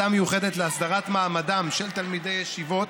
שם הוועדה: הוועדה המיוחדת להסדרת מעמדם של תלמידי ישיבות,